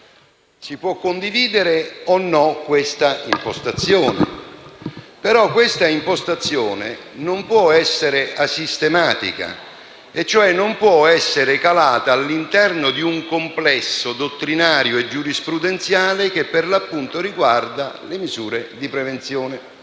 Si può condividere o no questa impostazione, ma essa non può essere asistematica, cioè non può essere calata all'interno di un complesso dottrinario e giurisprudenziale che, per l'appunto, riguarda le misure di prevenzione.